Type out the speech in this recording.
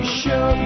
show